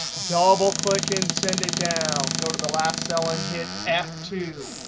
double click, and send it down, go to the last cell and hit f two.